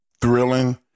thrilling